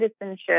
citizenship